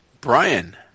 Brian